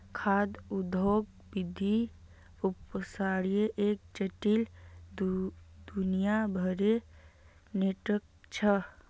खाद्य उद्योग विविध व्यवसायर एक जटिल, दुनियाभरेर नेटवर्क छ